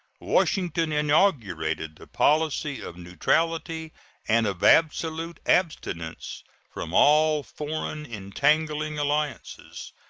washington inaugurated the policy of neutrality and of absolute abstinence from all foreign entangling alliances,